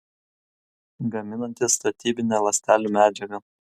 gaminanti statybinę ląstelių medžiagą